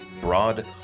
Broad